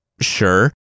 sure